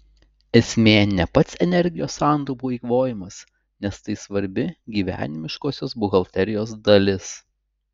esmė ne pats energijos santaupų eikvojimas nes tai svarbi gyvenimiškosios buhalterijos dalis